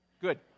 Good